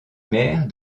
maire